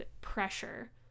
pressure